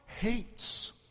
hates